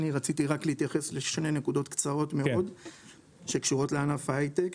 אני רציתי רק להתייחס לשני נקודות קצרות מאוד שקשורות לענף היי-טק.